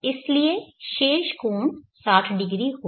इसलिए शेष कोण 600 होगा